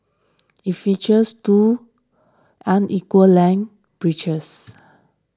it features two unequal lang bridges